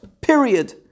Period